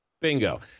Bingo